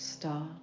Start